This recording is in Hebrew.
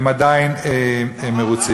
הם עדיין מרוצים.